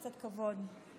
קצת כבוד.